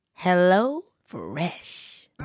HelloFresh